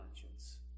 conscience